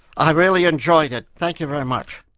i really enjoyed it. thank you very much.